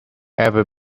ever